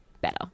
better